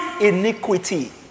iniquity